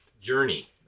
journey